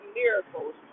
miracles